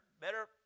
better